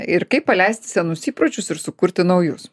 ir kaip paleisti senus įpročius ir sukurti naujus